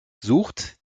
sucht